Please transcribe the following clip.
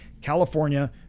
California